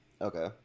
Okay